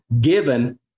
given